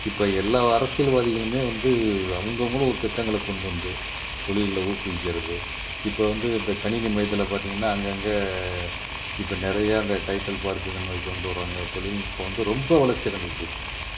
இப்போ எல்லா அரசியல்வாதிகளும் வந்து அவங்கவுங்களும் ஒரு திட்டங்களை கொண்டு வந்து தொழிலில் ஊக்குவிக்கிறது இப்போ வந்து இந்த கணினி மயத்தில் பார்த்திங்கன்னா அங்கே அங்கே இப்போ நிறையா அந்த டைடல் பார்க்குகள் கொண்டு வருவாங்க தொழில்நுட்பம் வந்து ரொம்ப வளர்ச்சி அடைஞ்சிருச்சி இப்போ